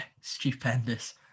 stupendous